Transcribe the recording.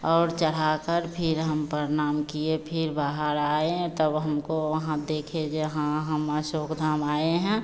और चढ़ाकर फिर हम परनाम किए फिर बाहर आए हैं तब हमको वहाँ देखे जो हाँ हम अशोक धाम आए हैं